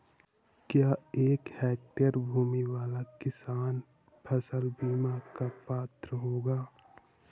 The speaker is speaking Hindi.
क्या एक हेक्टेयर भूमि वाला किसान फसल बीमा का पात्र होगा?